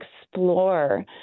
explore